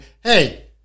hey